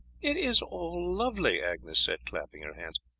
it is all lovely! agnes said, clapping her hands.